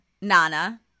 Nana